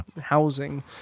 housing